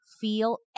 feel